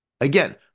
Again